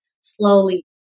slowly